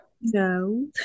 No